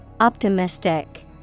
Optimistic